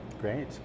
Great